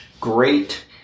great